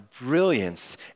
brilliance